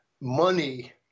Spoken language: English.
money